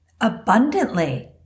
abundantly